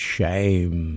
Shame